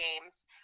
Games